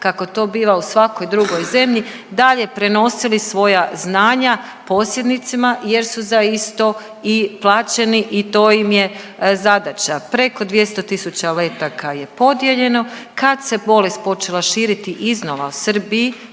kako to biva u svakoj drugoj zemlji dalje prenosili svoja znanja posjednicima jer su za isto i plaćeni i to im je zadaća. Preko 200 000 letaka je podijeljeno. Kad se bolest počela širiti iznova u Srbiji,